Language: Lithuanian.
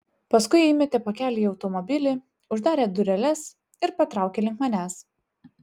paskui įmetė pakelį į automobilį uždarė dureles ir patraukė link manęs